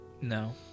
No